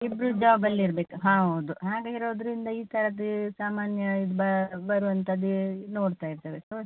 ಇಬ್ಬರು ಜಾಬಲ್ಲಿ ಇರ್ಬೇಕು ಹೌದು ಹಾಗೆ ಇರೋದರಿಂದ ಈ ಥರದ್ದು ಸಾಮಾನ್ಯ ಇದು ಬರುವಂಥದ್ದು ನೋಡ್ತಾಯಿದ್ದೇವೆ ಸೊ